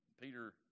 Peter